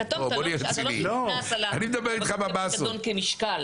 הכתום אתה לא נקנס --- פיקדון כמשקל.